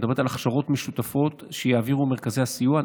את מדברת על הכשרות משותפות שיעבירו מרכזי הסיוע.